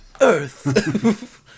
Earth